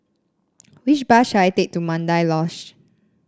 which bus should I take to Mandai Lodge